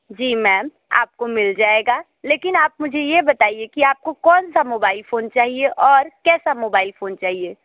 जी ma'am आपको मिल जाएगा लेकिन आप मुझे यह बताइए कि आपको कौन सा मोबाइल फ़ोन चाहिए और कैसा मोबाइल फ़ोन चाहिए